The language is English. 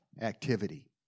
activity